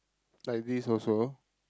like this also